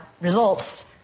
results